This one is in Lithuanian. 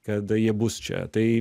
kad jie bus čia tai